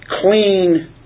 clean